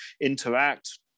interact